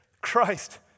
Christ